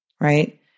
right